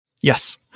Yes